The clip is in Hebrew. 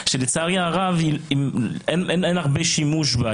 שלצערי הרב אין הרבה שימוש בה,